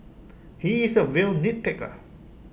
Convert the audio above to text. he is A real nitpicker